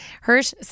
Hirsch